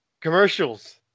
commercials